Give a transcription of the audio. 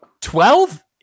twelve